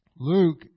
Luke